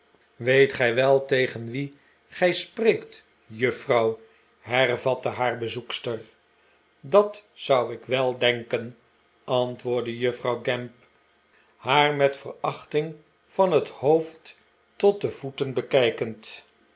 weet gij wel tegen wie gij spreekt juffrouw hervatte haar bezoekster dat zou ik wel denken antwoordde juffrouw gamp haar met verachting van het hoofd tot de voeten bekijkend